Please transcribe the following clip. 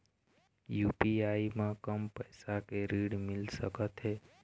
UPI म कम पैसा के ऋण मिल सकथे?